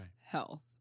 health